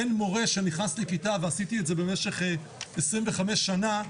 אין מורה שנכנס לכיתה, ועשיתי את זה במשך 25 שנה,